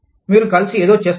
మీరు కలిసి ఏదో చేస్తారు